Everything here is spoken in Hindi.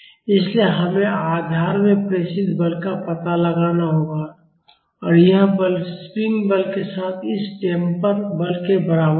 इसलिए हमें आधार में प्रेषित बल का पता लगाना होगा और यह बल स्प्रिंग बल के साथ इस डैम्पर बल के बराबर होगा